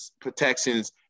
protections